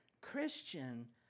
Christian